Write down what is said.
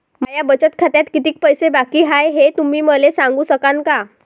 माया बचत खात्यात कितीक पैसे बाकी हाय, हे तुम्ही मले सांगू सकानं का?